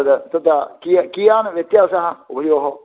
तत् तत् कीया कियान् व्यत्यासः उभयोः